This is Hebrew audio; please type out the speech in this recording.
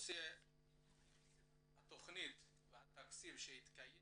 התכנית והתקציב, התקיים